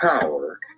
power